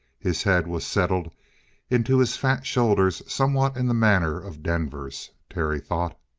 his head was settled into his fat shoulders somewhat in the manner of denver's, terry thought.